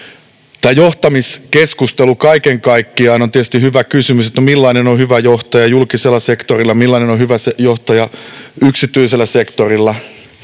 Tämä johtamiskeskustelu kaiken kaikkiaan: On tietysti hyvä kysymys, millainen on hyvä johtaja julkisella sektorilla, millainen on hyvä johtaja yksityisellä sektorilla,